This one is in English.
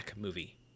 movie